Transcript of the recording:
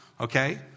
okay